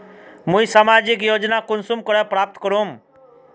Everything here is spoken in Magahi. मुई सामाजिक योजना कुंसम करे प्राप्त करूम?